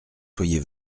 soyez